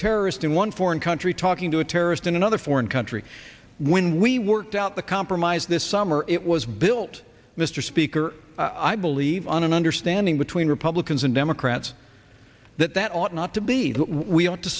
terrorist in one foreign country talking to a terrorist in another foreign country when we worked out the compromise this summer it was built mr speaker i believe on an understanding between republicans and democrats that that ought not to be we ought to